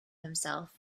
himself